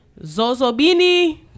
Zozobini